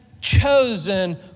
chosen